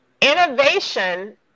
Innovation